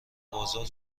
بازار